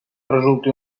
resulti